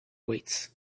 weights